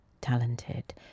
talented